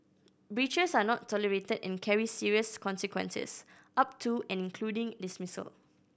breaches are not tolerated and carry serious consequences up to and including dismissal